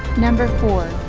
number four